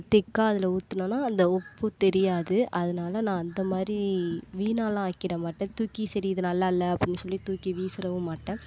திக்கா அதில் ஊற்றுனோன்னா அந்த உப்பு தெரியாது அதனால நான் அந்த மாதிரி வீணாலாம் ஆக்கிடமாட்டேன் தூக்கி சரி இது நல்லா இல்லை அப்படின் சொல்லி தூக்கி வீசிடவும் மாட்டேன்